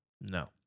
No